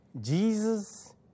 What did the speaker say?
Jesus